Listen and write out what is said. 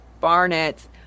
Barnett